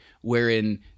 wherein